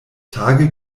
tage